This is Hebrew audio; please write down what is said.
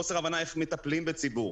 חוסר הבנה איך מטפלים בציבור,